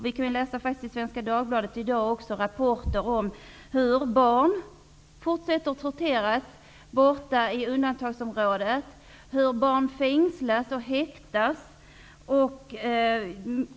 Vi kan faktiskt läsa i Svenska Dagbladet i dag rapporter om hur man fortsätter att tortera barn i undantagsområdet och hur barn fängslas och häktas.